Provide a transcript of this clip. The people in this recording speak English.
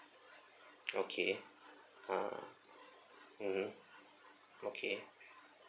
okay uh mmhmm okay